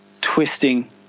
twisting